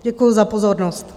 Děkuji za pozornost.